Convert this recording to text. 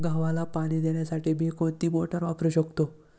गव्हाला पाणी देण्यासाठी मी कोणती मोटार वापरू शकतो?